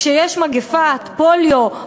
כשיש מגפת פוליו,